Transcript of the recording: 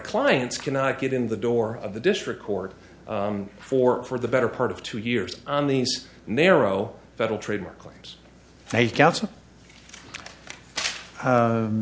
clients cannot get in the door of the district court for for the better part of two years on these narrow federal trademark claims they